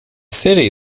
city